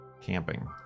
camping